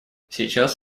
сейчас